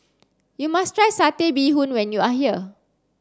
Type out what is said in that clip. you must try satay bee hoon when you are here